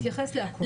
אני אתייחס להכול.